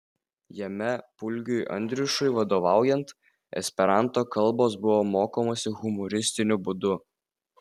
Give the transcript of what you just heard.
jame pulgiui andriušiui vadovaujant esperanto kalbos buvo mokomasi humoristiniu būdu